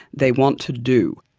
they want to do.